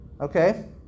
okay